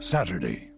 Saturday